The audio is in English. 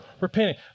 repenting